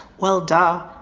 well duh,